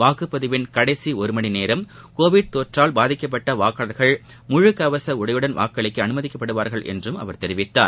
வாக்குப்பதிவின் கடைசி ஒரு மணி நேரம் கோவிட் தொற்றால் பாதிக்கப்பட்ட வாக்காளர்கள் முழுகவச உடையுடன் வாக்களிக்க அனுமதிக்கப்படுவர் என்று அவர் தெரிவித்தார்